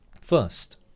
First